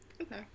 Okay